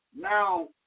Now